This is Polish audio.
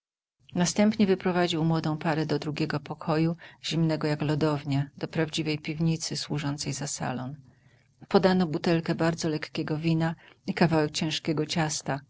następnie wyprowadził młodą parę do drugiego pokoju zimnego jak lodownia do prawdziwej piwnicy służącej za salon podano butelkę bardzo lekkiego wina i kawałek ciężkiego ciasta